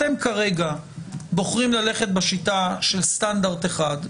אתם כרגע בוחרים ללכת בשיטה של סטנדרט אחד,